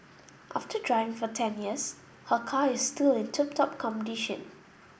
after driving for ten years her car is still in tip top condition